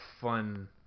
fun